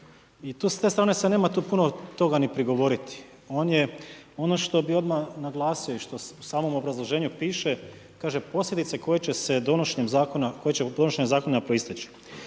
i to s te strane se nema puno toga ni prigovoriti. Ono što bih odmah naglasio i što u samom obrazloženju piše kaže: posljedice koje će donošenjem zakona proisteći.